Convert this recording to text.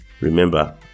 Remember